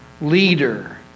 leader